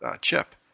chip